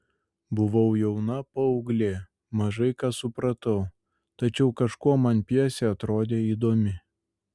buvau jauna paauglė mažai ką supratau tačiau kažkuo man pjesė atrodė įdomi